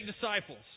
disciples